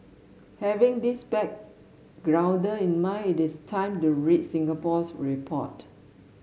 having this back grounder in mind it's time to read Singapore's report